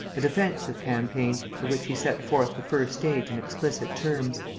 a defensive campaign, of which he set forth the first stage in explicit terms